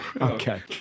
Okay